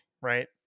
right